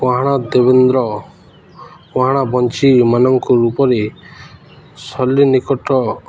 କୁହାଣ ଦେବେନ୍ଦ୍ର କୁହାଣ ବଞ୍ଚୀମାନଙ୍କ ରୂପରେ ସଲ୍ଲୀ ନିକଟ